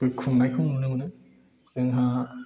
बो खुंनायखौ नुनो मोनो जोंहा